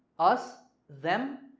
us, them,